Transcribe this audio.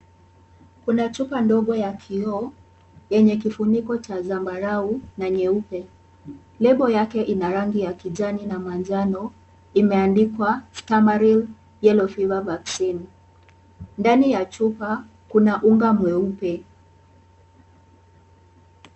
Kuna chupa ndogo ya kioo yenye kifuniko cha zambarau na nyeupe. Lebo yake ina rangi ya kijani na manjano imeandikwa Stamaril Yellow Fever Vaccine . Ndani ya chupa kuna unga mweupe.